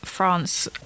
France